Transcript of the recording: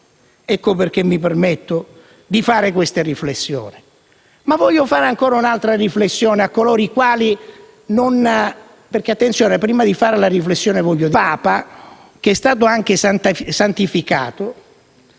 Ecco perché mi permetto di fare queste riflessioni.